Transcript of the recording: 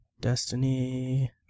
Destiny